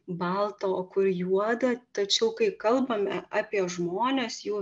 balta o kur juoda tačiau kai kalbame apie žmones jų